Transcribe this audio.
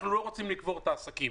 אנחנו לא רוצים לקבור את העסקים,